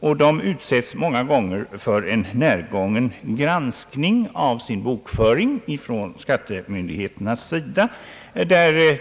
och de utsätts många gånger för en närgången granskning i sin bokföring från skattemyndigheternas sida.